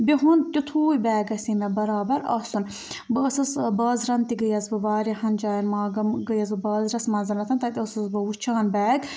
بِہُن تُِتھُے بیگ گژھِ ہے مےٚ برابر آسُن بہٕ ٲسٕس بازرَن تہِ گٔیَس بہٕ واریاہَن جایَن ماگَم گٔیَس بہٕ بازرَس منٛز تَتہِ ٲسٕس بہٕ وُچھان بیگ